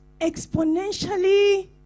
exponentially